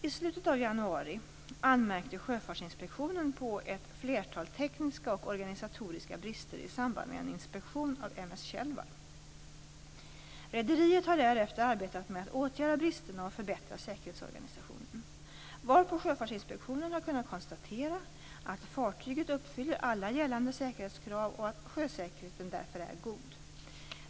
I slutet av januari anmärkte Sjöfartsinspektionen på ett flertal tekniska och organisatoriska brister i samband med en inspektion av M/S Thjelvar. Rederiet har därefter arbetat med att åtgärda bristerna och förbättra säkerhetsorganisationen, varpå Sjöfartsinspektionen har kunnat konstatera att fartyget uppfyller alla gällande säkerhetskrav och att sjösäkerheten därför är god.